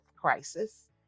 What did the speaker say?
crisis